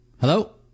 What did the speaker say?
Hello